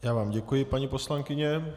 Já vám děkuji, paní poslankyně.